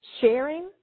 sharing